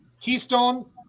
Keystone